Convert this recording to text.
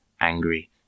angry